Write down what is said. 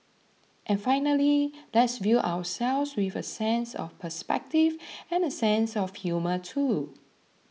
and finally let's view ourselves with a sense of perspective and a sense of humor too